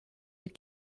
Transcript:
had